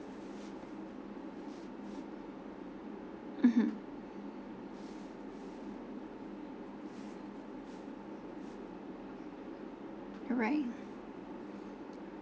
mmhmm alright